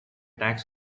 tax